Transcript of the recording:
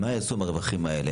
מה יעשו עם הרווחים האלה?